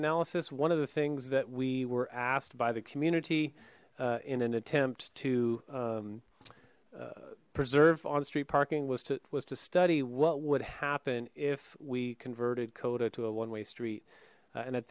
analysis one of the things that we were asked by the community in an attempt to preserve on street parking was to was to study what would happen if we converted cota to a one way street and at